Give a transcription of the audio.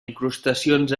incrustacions